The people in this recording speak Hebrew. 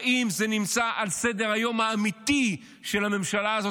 האם זה נמצא על סדר-היום האמיתי של הממשלה הזאת?